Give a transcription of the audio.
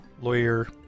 lawyer